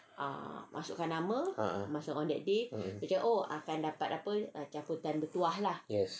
(uh huh) ah yes